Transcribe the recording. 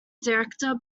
director